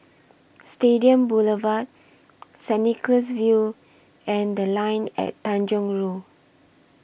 Stadium Boulevard Saint Nicholas View and The Line At Tanjong Rhu